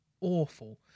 awful